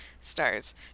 stars